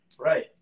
Right